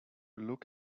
look